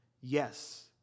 yes